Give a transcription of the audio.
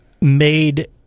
made